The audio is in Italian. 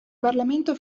parlamento